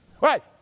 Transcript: right